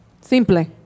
Simple